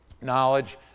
knowledge